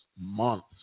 months